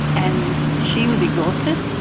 and she was exhausted.